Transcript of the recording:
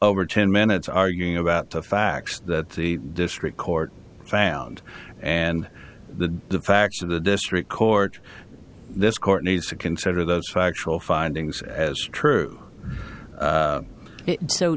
over ten minutes arguing about the facts that the district court found and the facts of the district court this court needs to consider those factual findings as true